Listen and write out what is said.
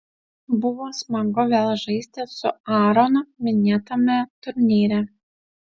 buvo smagu vėl žaisti su aaronu minėtame turnyre